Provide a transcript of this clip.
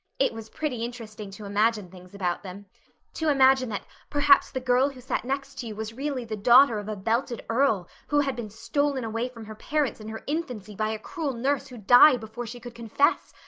it was pretty interesting to imagine things about them to imagine that perhaps the girl who sat next to you was really the daughter of a belted earl, who had been stolen away from her parents in her infancy by a cruel nurse who died before she could confess.